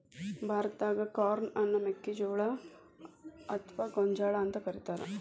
ಭಾರತಾದಾಗ ಕಾರ್ನ್ ಅನ್ನ ಮೆಕ್ಕಿಜೋಳ ಅತ್ವಾ ಗೋಂಜಾಳ ಅಂತ ಕರೇತಾರ